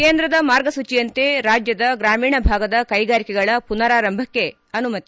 ಕೇಂದ್ರದ ಮಾರ್ಗಸೂಚಿಯಂತೆ ರಾಜ್ಯದ ಗ್ರಾಮೀಣ ಭಾಗದ ಕೈಗಾರಿಕೆಗಳ ಪುನಾರಾರಂಭಕ್ಕೆ ಅನುಮತಿ